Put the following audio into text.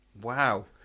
wow